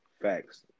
facts